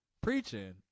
preaching